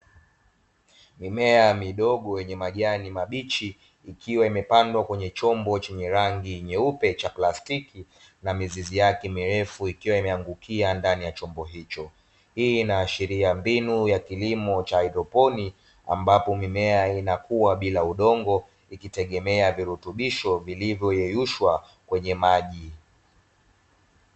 Mimea midogo yenye majani mabichi, ikiwa imepandwa kwenye chombo chenye rangi nyeupe cha plastiki na mizizi yake mirefu ikiwa imeangukia ndani ya chombo hicho. Hii inaashiria mbinu ya kilimo cha haidroponi, ambapo mimea inakua bila udongo ikitegemea virutubisho vilivyo yeyushwa kwenye maji.